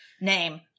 name